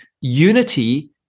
unity